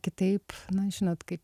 kitaip na žinot kaip